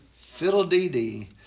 fiddle-dee-dee